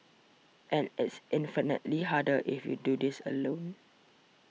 and it's infinitely harder if you do this alone